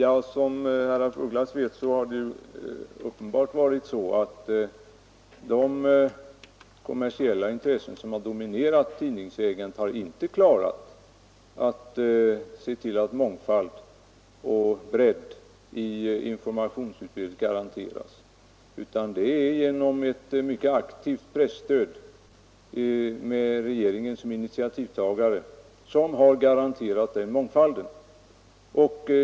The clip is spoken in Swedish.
Herr talman! Som herr af Ugglas vet har de kommersiella intressen som har dominerat tidningsägandet uppenbart inte klarat att se till, att mångfald och bredd i informationsutbudet garanteras. I stället är det ett mycket aktivt presstöd med regeringen som initiativtagare som har garanterat den mångfalden.